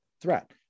threat